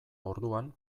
orduan